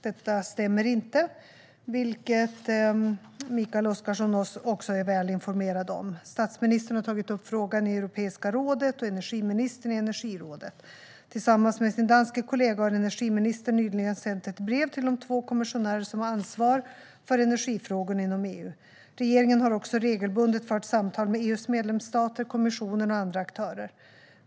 Detta stämmer inte, vilket Mikael Oscarsson också är väl informerad om. Statsministern har tagit upp frågan i Europeiska rådet och energiministern i energirådet. Tillsammans med sin danske kollega har energiministern nyligen sänt ett brev till de två kommissionärer som har ansvar för energifrågorna inom EU. Regeringen har också regelbundet fört samtal med EU:s medlemsstater, kommissionen och andra aktörer.